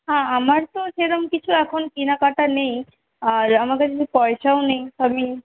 হ্যাঁ আমার তো সেরম কিছু এখন কেনাকাটার নেই আর আমার কাছে তো পয়সাও নেই আমি